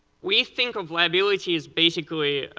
we think of liability as basically